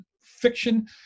fiction